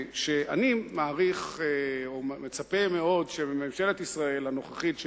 ואני מצפה מאוד שממשלת ישראל הנוכחית,